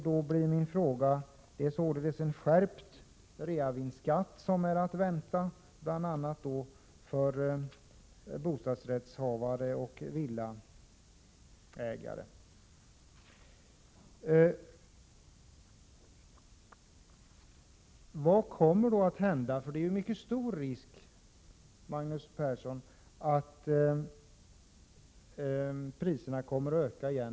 Då blir min fråga: Är det således en skärpt reavinstbeskattning som är att vänta bl.a. för bostadsrättsinnehavare och villaägare? Vad kommer att hända? Risken är ju stor, Magnus Persson, att priserna kommer att stiga igen.